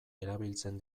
erabiltzen